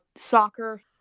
soccer